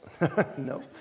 No